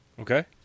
Okay